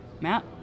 Matt